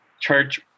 Church